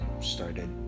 Started